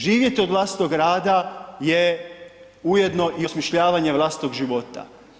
Živjeti od vlastitog rada je ujedno i osmišljavanje vlastitog života.